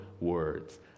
words